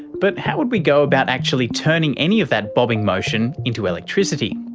but how would we go about actually turning any of that bobbing motion into electricity?